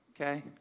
Okay